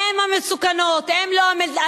הם המסוכנים, הם לא לגיטימיים.